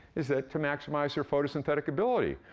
is that to maximize their photosynthetic ability.